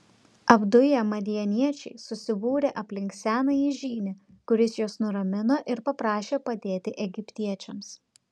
apduję madianiečiai susibūrė aplink senąjį žynį kuris juos nuramino ir paprašė padėti egiptiečiams